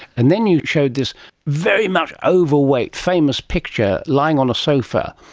and then you showed this very much overweight, famous picture, lying on a sofa,